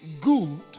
good